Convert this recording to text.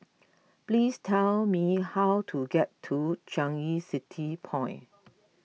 please tell me how to get to Changi City Point